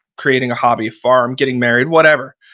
creating a hobby farm, getting married, whatever.